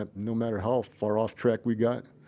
ah no matter how far off track we got,